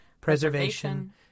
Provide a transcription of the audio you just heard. preservation